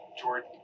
jordan